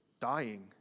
dying